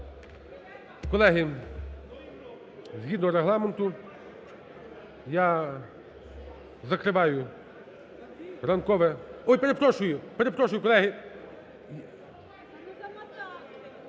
Колеги, згідно Регламенту я закриваю ранкове… Ой, перепрошую, перепрошую, колеги!